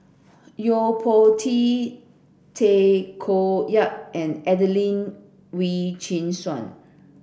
Yo Po Tee Tay Koh Yat and Adelene Wee Chin Suan